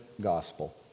gospel